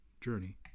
journey